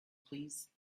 please